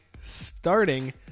starting